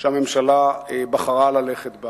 שהממשלה בחרה בה.